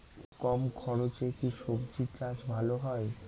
কম খরচে কি সবজি চাষ ভালো হয়?